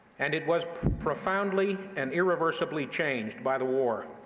and it was profoundly and irreversibly changed by the war,